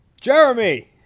Jeremy